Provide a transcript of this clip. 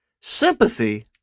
Sympathy